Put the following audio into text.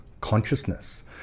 consciousness